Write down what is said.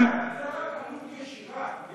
זו רק עלות ישירה.